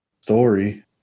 story